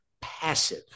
passive